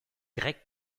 grecs